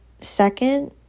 second